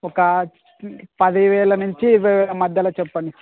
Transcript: ఒక పది వేల నుంచి ఇరవై వేల మధ్యలో చెప్పండి